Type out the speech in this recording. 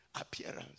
appearance